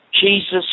Jesus